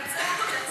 קצר, קצר.